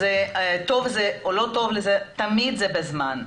טוב או לא טוב תמיד זה בזמן.